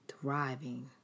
thriving